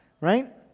right